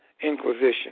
Inquisition